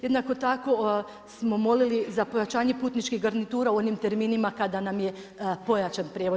Jednako tako smo molili za pojačanje putničkih garnitura, u onim terminima kada nam je pojačan prijevoz.